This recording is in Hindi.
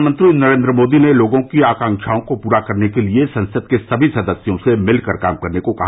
प्रधानमंत्री नरेंद्र मोदी ने लोगों की आकांशाओं को पूरा करने के लिए संसद के सभी सदस्यों से मिलकर काम करने को कहा